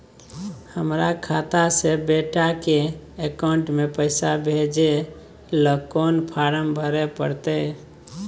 हमर खाता से बेटा के अकाउंट में पैसा भेजै ल कोन फारम भरै परतै?